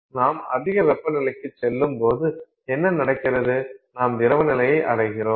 நாம் அதிக வெப்பநிலைக்குச் செல்லும்போது என்ன நடக்கிறது நாம் திரவ நிலையை அடைகிறோம்